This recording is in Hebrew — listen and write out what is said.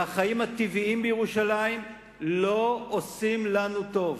והחיים הטבעיים בירושלים לא עושים לנו טוב.